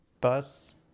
Bus